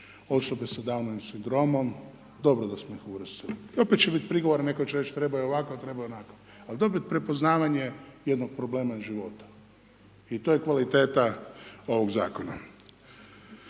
osobe sa Downovim sindromom, dobro da smo ih uvrstili. I opet će biti prigovora, netko će reći trebao je ovakav, trebao je onakav. Ali dobit prepoznavanje jednog problema iz života i to je kvaliteta ovog zakona.